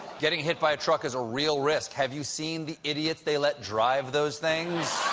getting hit by a truck is a real risk. have you seen the idiots they let drive those things?